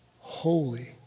holy